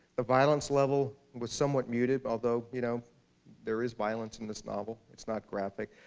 the violence level was somewhat muted, although you know there is violence in this novel. it's not graphic.